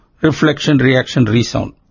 reflection-reaction-resound